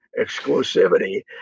exclusivity